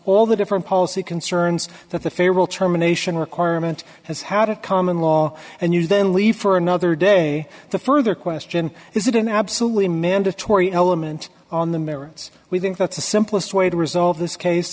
all the different policy concerns that the federal terminations requirement has had a common law and you then leave for another day the further question is it an absolutely mandatory element on the merits we think that's the simplest way to resolve this case